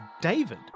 David